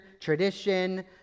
tradition